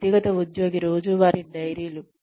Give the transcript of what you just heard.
వ్యక్తిగత ఉద్యోగి రోజువారీ డైరీలు